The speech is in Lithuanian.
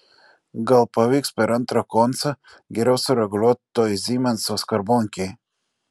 gal pavyks per antrą koncą geriau sureguliuot toj zymenso skarbonkėj